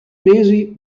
mesi